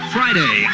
Friday